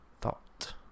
thought